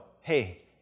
hey